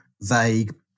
vague